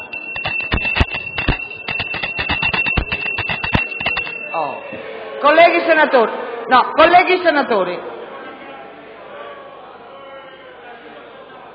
Colleghi senatori,